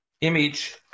image